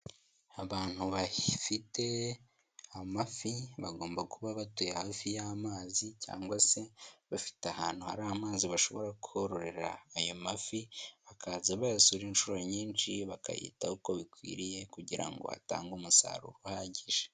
Abantu bafite amafi bagomba kuba batuye hafi y'amazi cyangwa se bafite ahantu hari amazi bashobora kororera ayo mafi bakaza bayasura inshuro nyinshi bakayitaho uko bikwiriye kugira ngo atange umusaruro uhagije.